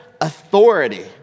authority